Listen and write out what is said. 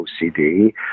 ocd